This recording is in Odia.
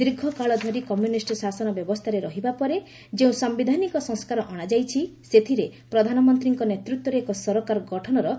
ଦୀର୍ଘକାଳ ଧରି କମ୍ର୍ୟନିଷ୍ଟ ଶାସନ ବ୍ୟବସ୍ଥାରେ ରହିବା ପରେ ଯେଉଁ ସାୟିଧାନିକ ସଂସ୍କାର ଅଣାଯାଇଛି ସେଥିରେ ପ୍ରଧାନମନ୍ତ୍ରୀଙ୍କ ନେତୃତ୍ୱରେ ଏକ ସରକାର ଗଠନର ବ୍ୟବସ୍ଥା ରହିଛି